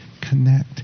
connect